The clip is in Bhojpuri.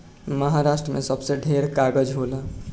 महारास्ट्र मे सबसे ढेर कागज़ होला